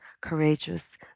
courageous